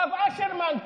הרב אשרמן.